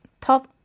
top